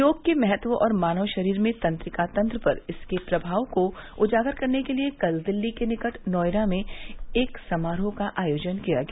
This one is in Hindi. योग के महत्व और मानव शरीर में तंत्रिका तंत्र पर इसके प्रभाव को उजागर करने के लिए कल दिल्ली के निकट नोएडा में एक समारोह का आयोजन किया गया